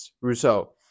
Rousseau